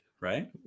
right